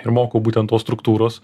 ir mokau būtent tos struktūros